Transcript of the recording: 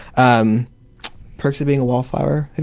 um perks of being a wallflower, and